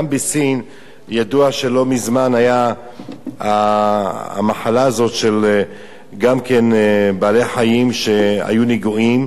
ידוע שגם בסין לא מזמן היתה המחלה הזאת של בעלי-חיים שהיו נגועים,